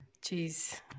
Jeez